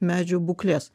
medžių būklės